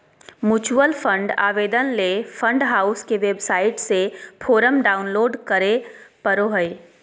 mutual fund आवेदन ले fund house के वेबसाइट से फोरम डाऊनलोड करें परो हय